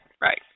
right